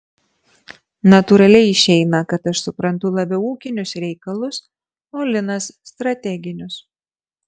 natūraliai išeina kad aš suprantu labiau ūkinius reikalus o linas strateginius